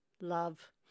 love